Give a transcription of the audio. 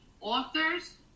authors